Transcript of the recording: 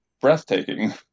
breathtaking